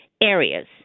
areas